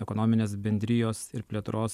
ekonominės bendrijos ir plėtros